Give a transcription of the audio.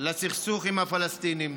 לסכסוך עם הפלסטינים.